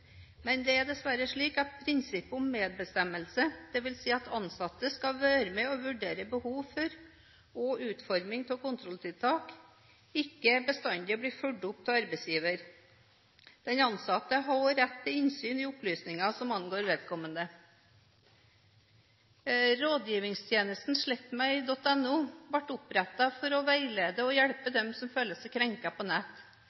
Men det er dessverre slik at prinsippet om medbestemmelse – dvs. at ansatte skal være med på å vurdere behov for og utforming av kontrolltiltak – ikke bestandig blir fulgt opp av arbeidsgiver. Den ansatte har òg rett til innsyn i opplysninger som angår vedkommende. Rådgivingstjenesten slettmeg.no ble opprettet for å veilede og hjelpe dem som føler seg krenket på nett.